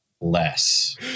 less